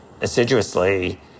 assiduously